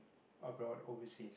abroad overseas